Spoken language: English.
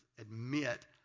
admit